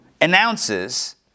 announces